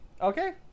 Okay